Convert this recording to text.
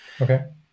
Okay